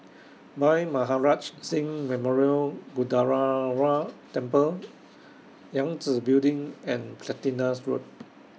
Bhai Maharaj Singh Memorial Gurdwara Temple Yangtze Building and Platina Road